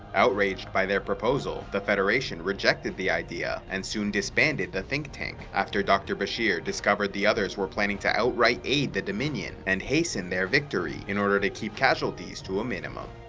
outraged by their proposal, the federation rejected the idea and soon disbanded the think tank, after dr. bashir discovered the others were planning to outright aid the dominion and hasten their victory, victory, in order to keep casualties to a minimum.